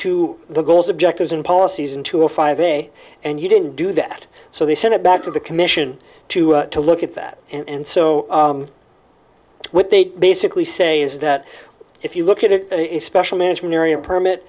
to the goals objectives and policies and to a five a day and you didn't do that so they sent it back to the commission to to look at that and so what they basically say is that if you look at it in a special management area permit